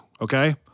okay